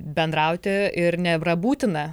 bendrauti ir nėra būtina